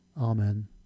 Amen